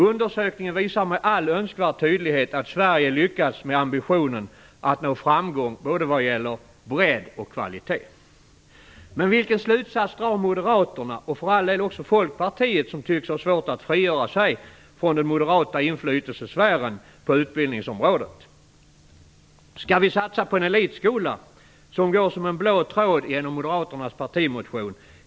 Undersökningen visar med all önskvärd tydlighet att Sverige lyckats med ambitionen att nå framgång vad gäller både bredd och kvalitet. Men vilken slutsats drar moderaterna och för all del också Folkpartiet, som tycks ha svårt att frigöra sig från den moderata inflytelsesfären på utbildningsområdet? Skall vi satsa på den elitskola som går som en blå tråd genom moderaternas partimotion?